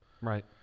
Right